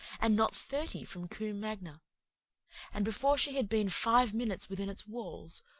and not thirty from combe magna and before she had been five minutes within its walls,